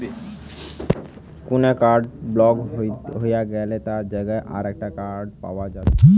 কুনো card block হই গ্যালে তার জাগায় আরেকটা কার্ড পায়া যাচ্ছে